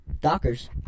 Dockers